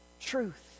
truth